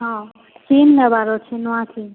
ହଁ ସିମ୍ ନେବାର ଅଛେ ନୂଆ ସିମ୍